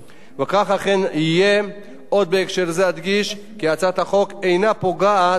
אדגיש כי הצעת החוק אינה פוגעת בחופש ההתאגדות של העובדים.